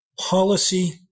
policy